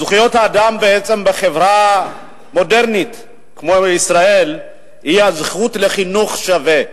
זכויות האדם בחברה מודרנית כמו בישראל הן הזכות לחינוך שווה,